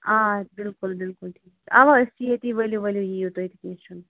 آ بِلکُل بِلکُل اَوا أسۍ چھِ ییٚتی ؤلِو ؤلِو یِیِو تُہۍ تہٕ کیٚنٛہہ چھُنہٕ